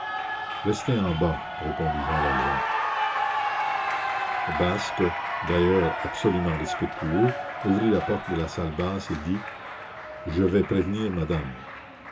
rester en bas répondit jean valjean basque d'ailleurs absolument respectueux ouvrit la porte de la salle basse et dit je vais prévenir madame